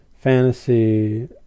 fantasy